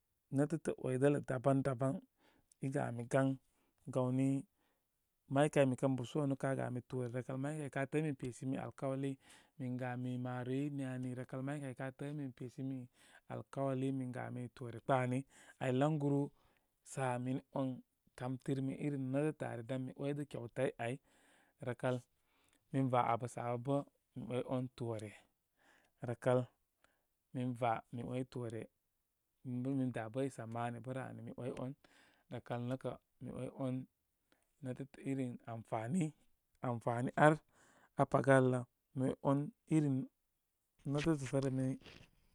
Nétətə ‘way dələ daban daban, i gami gan gawni, may kay, mikən bəsu wanu ká gami toore, rəkal may kay ká təə ən min pesimi alkawali min gami maroroi, ni ani. Rəkal maykay ká təə ən mi pesimi alkalwali min gami toore kpá ani. Ay laŋguru sa'a mini on kamtinimi irim nétəə ari dan mi ‘way də kyautai áy. Rəkal min va abə sə abə bə mi ‘way wan toore. Rəkal min va mi ‘way toore, min bə rə ani, mi ‘way ‘wan. Rəkal nə kə mi ‘way ‘wan nétətə irin amfani-amfani ar aa paga alə, mi ‘way wan irim netətə sə re mi.